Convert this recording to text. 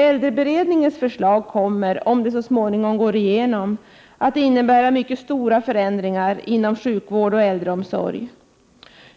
Äldreberedningens förslag kommer, om det så småningom går igenom, att innebära mycket stora förändringar inom sjukvård och äldreomsorg.